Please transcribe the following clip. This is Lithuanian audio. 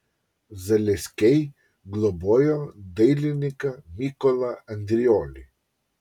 zaleskiai globojo dailininką mykolą andriolį